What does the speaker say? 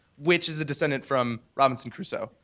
which is a descendant from robinson crusoe.